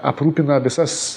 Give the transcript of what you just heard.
aprūpina visas